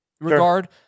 regard